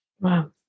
Wow